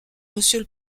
monsieur